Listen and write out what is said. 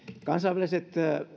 kansainväliset